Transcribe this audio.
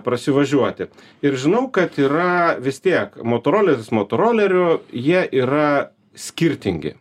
prasivažiuoti ir žinau kad yra vis tiek motoroleris motoroleriu jie yra skirtingi